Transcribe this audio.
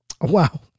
Wow